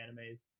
animes